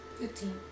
Fifteen